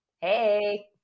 Hey